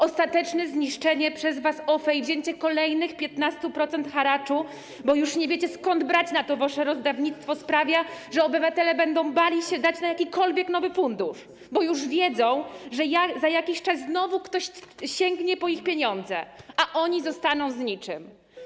Ostateczne zniszczenie przez was OFE i wzięcie kolejnych 15% haraczu - bo już nie wiecie, skąd brać na to wasze rozdawnictwo - sprawia, że obywatele będą bali się dać na jakikolwiek nowy fundusz, bo już wiedzą, że za jakiś czas znowu ktoś sięgnie po ich pieniądze, a oni zostaną z niczym.